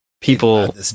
People